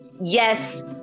yes